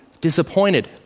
disappointed